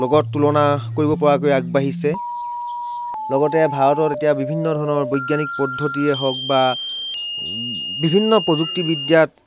লগত তুলনা কৰিব পৰাকৈ আগবাঢ়িছে লগতে ভাৰতত এতিয়া বিভিন্ন ধৰণৰ বৈজ্ঞানিক পদ্ধতিয়ে হওক বা বিভিন্ন প্ৰযুক্তি বিদ্যাত